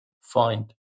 find